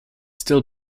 still